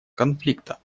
конфликта